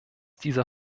dieser